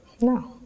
No